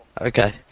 Okay